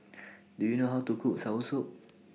Do YOU know How to Cook Soursop